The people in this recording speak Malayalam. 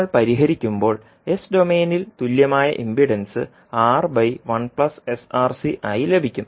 നമ്മൾ പരിഹരിക്കുമ്പോൾ എസ് ഡൊമെയിനിൽ തുല്യമായ ഇംപിഡൻസ് ആയി ലഭിക്കും